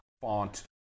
font